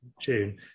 June